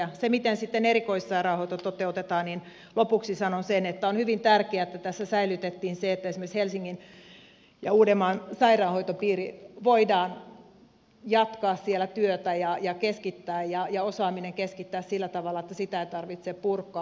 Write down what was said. siitä miten sitten erikoissairaanhoito toteutetaan lopuksi sanon sen että on hyvin tärkeää että tässä säilytettiin se että esimerkiksi helsingin ja uudenmaan sairaanhoitopiirissä voidaan jatkaa työtä ja keskittää ja osaaminen keskittää sillä tavalla että sitä ei tarvitse purkaa